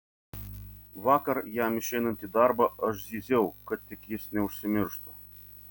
vakar jam išeinant į darbą aš zyziau kad tik jis neužsimirštų